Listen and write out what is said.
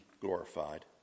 glorified